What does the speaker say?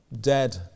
dead